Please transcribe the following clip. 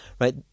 right